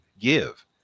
give